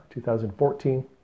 2014